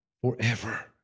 forever